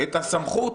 את הסמכות